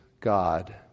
God